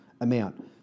amount